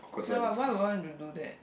ya but why would I want to do that